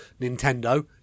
Nintendo